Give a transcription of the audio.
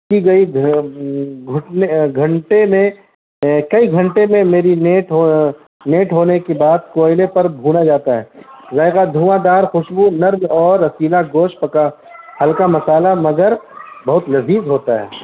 کی گئی گھٹنے گھنٹے میں کئی گھنٹے میں میری نیٹ نیٹ ہونے کے بعد کوئلے پر بھونا جاتا ہے ذائقہ دھواں دار خوشبو نرگ اور ہلکاگوشت پکا کر ہلکا مصالحہ مگر بہت لذیذ ہوتا ہے